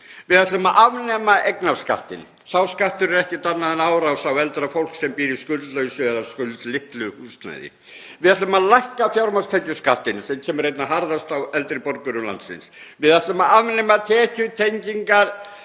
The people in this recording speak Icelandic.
Við ætlum að afnema eignarskattinn, sá skattur er ekkert annað en árás á eldra fólk sem býr í skuldlausu eða skuldlitlu húsnæði. Við ætlum að lækka fjármagnstekjuskattinn sem kemur einna harðast niður á eldri borgurum landsins. Við ætlum að afnema tekjutengingar